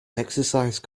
exercise